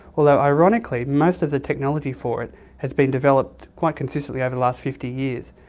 although ironically most of the technology for it has been developed quite consistently over the last fifty years.